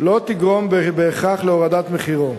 לא תגרום בהכרח להורדת מחירו.